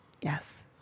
Yes